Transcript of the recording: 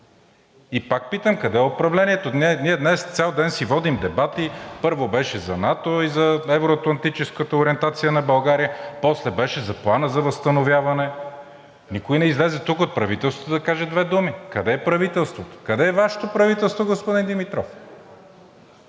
И пак питам: къде е управлението? Ние днес цял ден си водим дебати. Първо беше за НАТО и за евро-атлантическата ориентация на България, после беше за Плана за възстановяване. Никой не излезе тук от правителството да каже две думи. Къде е правителството? Къде е Вашето правителство, господин Димитров?!